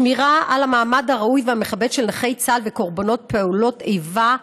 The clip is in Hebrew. שמירה על המעמד הראוי והמכבד של נכי צה"ל וקורבנות פעולות איבה,